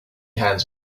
hands